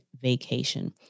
vacation